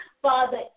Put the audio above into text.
Father